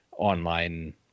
online